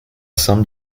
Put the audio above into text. some